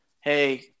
Hey